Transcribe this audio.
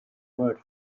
word